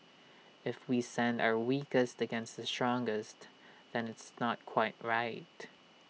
if we send our weakest against the strongest then it's not quite right